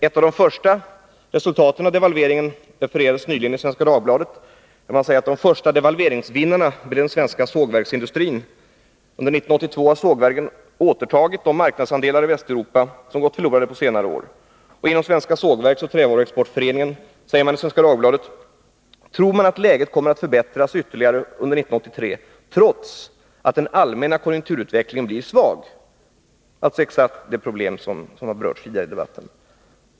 Ett av de första resultaten av devalveringen refererades nyligen i Svenska Dagbladet, där man säger att de svenska sågverken blev de första devalveringsvinnarna. Under 1982 har den svenska sågverksindustrin återtagit de marknadsandelar i Västeuropa som har gått förlorade under senare år. Inom Svenska sågverkso. trävaruexportföreningen tror man, säger Svenska Dagbladet, att läget kommer att förbättras ytterligare under 1983, trots att den allmänna konjunkturutvecklingen blir svag, alltså exakt det problem som har berörts tidigare i dag.